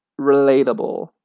relatable